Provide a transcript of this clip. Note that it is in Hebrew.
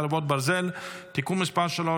חרבות ברזל) (תיקון מס' 3),